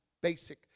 basic